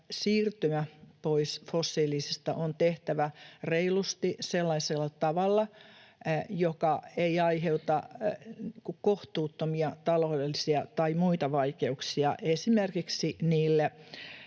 siirtymä pois fossiilisista on tehtävä reilusti sellaisella tavalla, joka ei aiheuta kohtuuttomia taloudellisia tai muita vaikeuksia esimerkiksi niille,